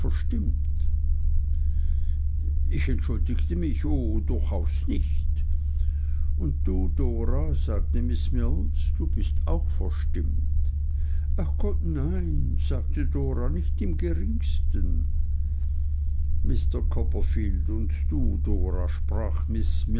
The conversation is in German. ich entschuldigte mich o durchaus nicht und du dora sagte miß mills bist auch verstimmt ach gott nein sagte dora nicht im geringsten mr copperfield und du dora sprach miß